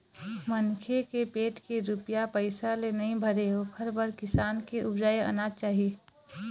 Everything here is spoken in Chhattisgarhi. मनखे के पेट के रूपिया पइसा ले नइ भरय ओखर बर किसान के उपजाए अनाज चाही